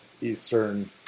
eastern